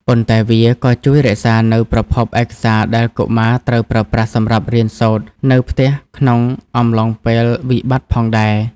ប៉ុន្តែវាក៏ជួយរក្សានូវប្រភពឯកសារដែលកុមារត្រូវប្រើប្រាស់សម្រាប់រៀនសូត្រនៅផ្ទះក្នុងអំឡុងពេលវិបត្តិផងដែរ។